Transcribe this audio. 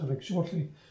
shortly